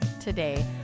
today